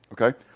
okay